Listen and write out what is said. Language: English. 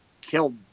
killed